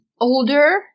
older